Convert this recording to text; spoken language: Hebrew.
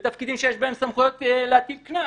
בתפקידים שיש בהם סמכויות להטיל קנס.